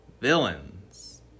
Villains